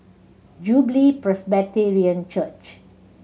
Jubilee Presbyterian Church